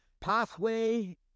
pathway